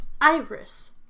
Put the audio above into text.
Iris